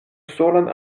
solan